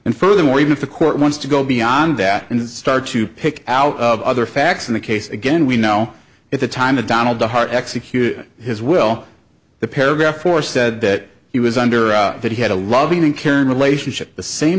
and furthermore even if the court wants to go beyond that and start to pick out of other facts in the case again we know at the time that donald the heart executed his will the paragraph or said that he was under that he had a loving and caring relationship the same